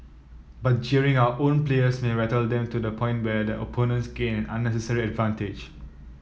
but jeering our own players may rattle them to the point where their opponents gain an unnecessary advantage